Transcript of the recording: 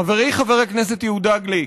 חברי חבר הכנסת יהודה גליק,